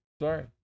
Sorry